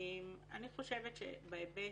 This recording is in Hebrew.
כשבאתי